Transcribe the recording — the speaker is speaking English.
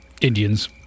Indians